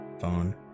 phone